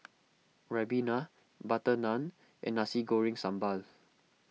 Ribena Butter Naan and Nasi Goreng Sambal